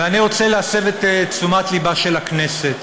ואני רוצה להסב את תשומת ליבה של הכנסת